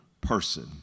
person